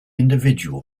individual